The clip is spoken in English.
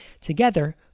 Together